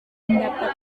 mendapat